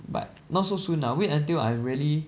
but not so soon ah wait until I really